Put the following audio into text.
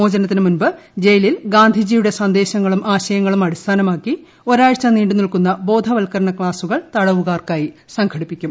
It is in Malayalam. മോചനത്തിന് മുമ്പ് ജയിലിൽ ഗാന്ധിജിയുടെ സന്ദേശങ്ങളും ആശയങ്ങളും അടിസ്ഥാനമാക്കി ഒരാഴ്ച നീണ്ടു നിൽക്കുന്ന ബോധവത്ക്കരണ ക്ലാസുകൾ തടവുകാർക്കായി സംഘട്ടി പ്പിക്കും